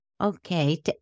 Okay